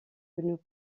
nous